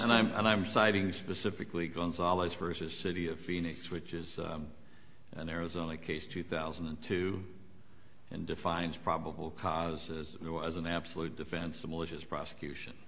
said i'm and i'm siding specifically gonzales versus city of phoenix which is an arizona case two thousand and two and defines probable causes as an absolute defense for malicious prosecution